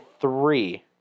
three